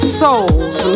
souls